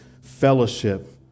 fellowship